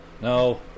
No